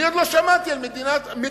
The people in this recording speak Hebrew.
אני עוד לא שמעתי על מדינה אחרת,